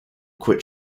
quit